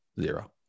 zero